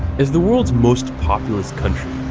as the world's most populous country,